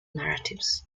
narratives